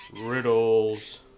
Riddles